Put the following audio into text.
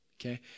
Okay